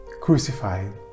crucified